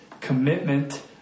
commitment